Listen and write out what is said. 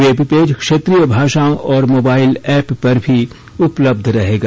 webpage क्षेत्रीय भाषाओं और मोबाइल ऐप पर भी उपलब्ध रहेगा